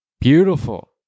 Beautiful